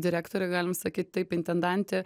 direktorė galim sakyt taip intendantė